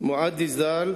מועדי ז"ל,